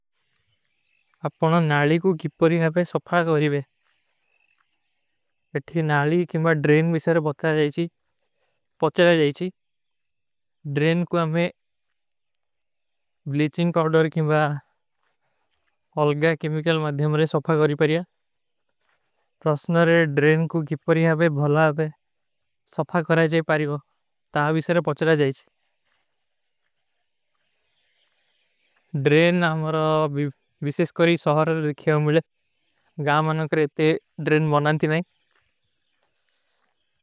ଆପକା ନାଲୀ କୋ ଗିପରୀ ଆପକା ସ୍ଵାଗତ ହୈ। ନାଲୀ କେଂବା ଡ୍ରେନ ଵିଶର ବତ୍ତା ଜାଈଚୀ ପଚ୍ଚଲା ଜାଈଚୀ ଡ୍ରେନ କୋ ଅମେ ବ୍ଲେଚିଂଗ ପାଉଡର କେଂବା ଅଲଗା କେମିକଲ ମାଧ୍ଯମରେ ସ୍ଵାଗତ କରୀ ପରିଯା। ପ୍ରସନରେ ଡ୍ରେନ କୋ ଗିପରୀ ଆପେ ଭଲା ଆପେ ସଫା କରାଈ ଜାଈ ପାରୀ ହୋ ତା ଵିଶର ପଚ୍ଚଲା ଜାଈଚୀ ଡ୍ରେନ ଆମର ଵିଶେଷକରୀ ସହର ରିଖିଯା ହୂଂ ବିଲେ ଗାଁ ମାନକରେ ତେ ଡ୍ରେନ ମନାନତୀ ନାଈ।